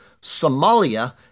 Somalia